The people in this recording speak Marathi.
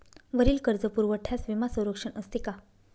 वरील कर्जपुरवठ्यास विमा संरक्षण असते का?